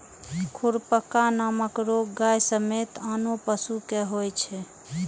खुरपका नामक रोग गाय समेत आनो पशु कें होइ छै